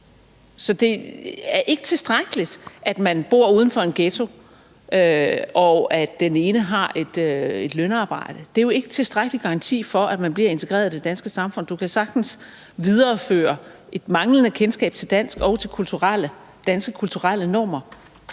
Så det er ikke tilstrækkeligt, at man bor uden for en ghetto, og at den ene forælder har et lønarbejde. Det er jo ikke en tilstrækkelig garanti for, at man bliver integreret i det danske samfund. Du kan sagtens videreføre et manglende kendskab til dansk og til danske kulturelle normer